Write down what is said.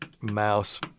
mouse